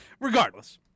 regardless